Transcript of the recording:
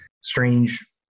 strange